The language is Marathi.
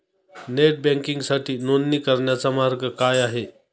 नेट बँकिंगसाठी नोंदणी करण्याचा मार्ग काय आहे?